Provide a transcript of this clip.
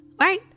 right